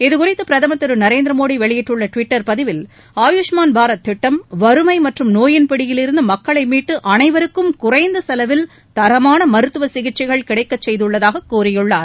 இதுகுறித்து பிரதமர் திரு நரேந்திர மோடி வெளியிட்டுள்ள டுவிட்டர் பதிவில் ஆயுஷ்மான் பாரத் திட்டம் வறுமை மற்றும் நோயின் பிடியிலிருந்து மக்களை மீட்டு அனைவருக்கும் குறைந்த செலவில் தரமான மருத்துவ சிகிச்சைகள் கிடைக்கச் செய்துள்ளதாக கூறியுள்ளார்